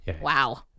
Wow